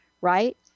right